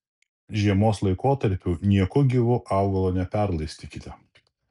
žiemos laikotarpiu nieku gyvu augalo neperlaistykite